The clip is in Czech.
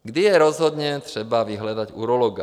Kdy je rozhodně třeba vyhledat urologa?